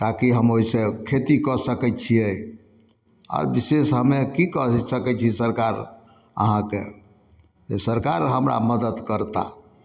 ताकि हम ओहिसँ खेती कऽ सकै छिए आओर विशेष हमे कि कहि सकै छिए सरकार अहाँके से सरकार हमरा मदति करताह